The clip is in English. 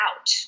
out